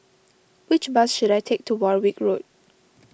which bus should I take to Warwick Road